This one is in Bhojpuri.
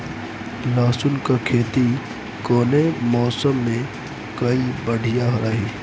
लहसुन क खेती कवने मौसम में कइल बढ़िया रही?